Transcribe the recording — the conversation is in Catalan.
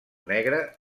negre